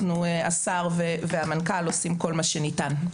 השר והמנכ"ל עושים כל מה שניתן.